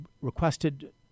requested